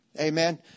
Amen